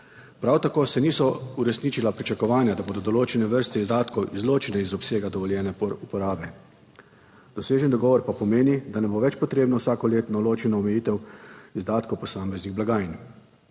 Prav tako se niso uresničila pričakovanja, da bodo določene vrste izdatkov izločile iz obsega dovoljene uporabe, dosežen dogovor pa pomeni, da ne bo več potrebno vsakoletno ločeno omejitev izdatkov posameznih blagajn.